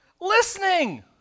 listening